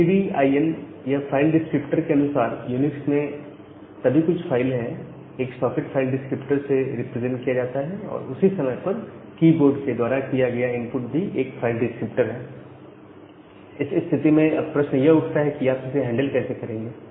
STD I N file descriptor के अनुसार Unix में तभी कुछ फाइल है एक सॉकेट फाइल डिस्क्रिप्टर से रिप्रेजेंट किया जाता है और उसी समय पर की बोर्ड के द्वारा किया गया इनपुट भी एक फाइल डिस्क्रिप्टर है इस स्थिति में अब यह प्रश्न उठता है कि आप इसे हैंडल कैसे करेंगे